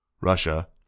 Russia